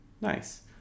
nice